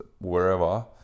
wherever